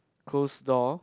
closed door